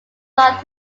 thought